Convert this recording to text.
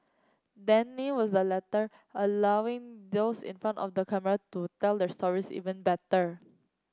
Danny was the latter allowing those in front of the camera to tell their stories even better